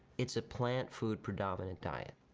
it's a plant food predominant diet,